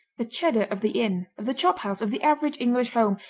the cheddar of the inn, of the chophouse, of the average english home,